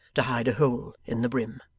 to hide a hole in the brim.